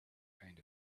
pound